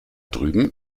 drüben